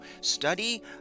Study